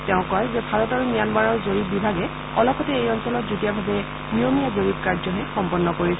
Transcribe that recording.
তেওঁ কয় যে ভাৰত আৰু ম্যানমাৰৰ জৰীপ বিভাগে অলপতে এই অঞ্চলত যুটীয়াভাবে নিয়মীয়া জৰীপ কাৰ্যহে সম্পন্ন কৰিছে